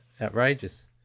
outrageous